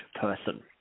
person